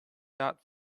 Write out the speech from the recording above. not